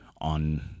on